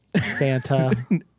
Santa